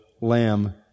lamb